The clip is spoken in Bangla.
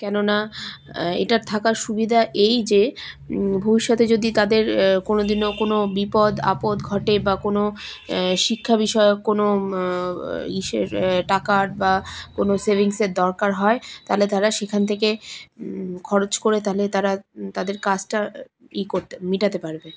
কেন না এটার থাকার সুবিধা এই যে ভবিষ্যতে যদি তাদের কোনো দিনও কোনো বিপদ আপদ ঘটে বা কোনো শিক্ষা বিষয়ক কোনো ইসের টাকার বা কোনো সেভিংসের দরকার হয় তাহলে তারা সেখান থেকে খরচ করে তাহলে তারা তাদের কাজটা ই করতে মেটাতে পারবে